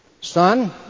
Son